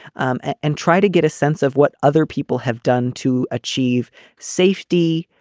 and try to get a sense of what other people have done to achieve safety,